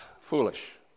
foolish